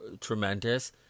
tremendous